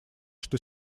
что